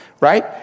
right